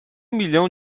milhão